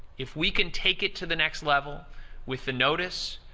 if we can take it to the next level with the notice,